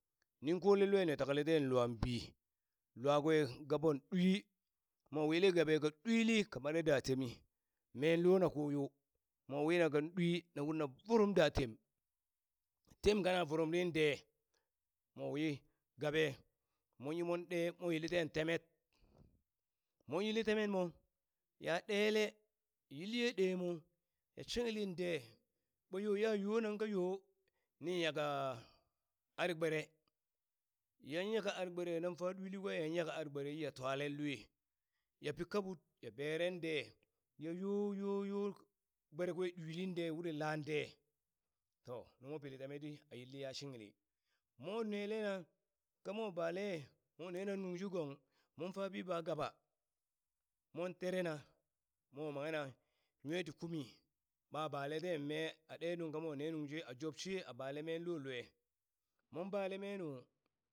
Nin kolen lue ni takale ten lwan bi lwakwe gaban ɗwi mo wili gabe ka ɗwili ka mare da temmi men lona koyo mowinna ka ɗwi na urna vurum! da tem, tem kana vurumrin ɗee mo wi gaɓe, monyi mon ɗe yiili ten temet, mon yilli temet mo, ya ɗelle yilli ye ɗee, mo ya shingling de ɓa yo ya yonan kayo, ni nyaka ar gbere yan nyaka ar gbere nan fa ɗwili kwe, yan nyaka ar gbere, yiya twalen lue ya pi kaɓut ya berende, ya yo yo yo gberekwe ɗwiling de uri nan de to numo pili temetɗi a yilli ya shingli mon nelena kamo ɓale mwa nena nuŋ shi gong mon fabi ba gaɓa, mon terena, mo manghena nwe ti kumi, ɓa bale ten mee a ɗe nungka mo ne nungshe a job she a bale lolue, mo bale mee nu,